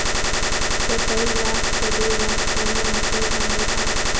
कोचई ला खोदे बर कोन्हो मशीन हावे का?